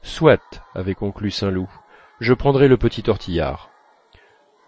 soit avait conclu saint loup je prendrai le petit tortillard